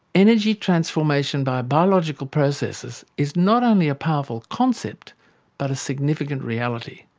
energy transformation by biological processes is not only a powerful concept but a significant reality.